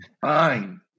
fine